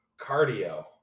cardio